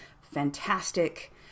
fantastic